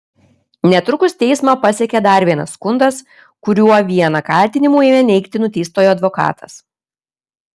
netrukus teismą pasiekė dar vienas skundas kuriuo vieną kaltinimų ėmė neigti nuteistojo advokatas